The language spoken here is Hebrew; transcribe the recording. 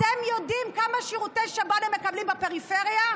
אתם יודעים כמה שירותי שב"ן הם מקבלים בפריפריה?